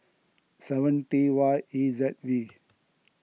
seven T Y E Z V